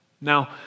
Now